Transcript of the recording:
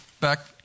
back